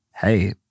hey